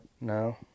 No